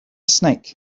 snake